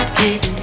keep